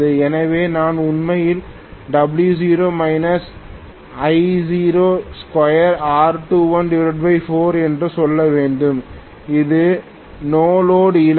எனவே நான் உண்மையில் Wo Io2R2l4 என்று சொல்ல வேண்டும் இது நோ லோடு இழப்பு